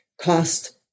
cost